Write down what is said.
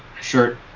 shirt